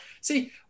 see